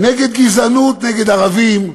נגד גזענות כלפי ערבים,